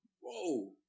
Whoa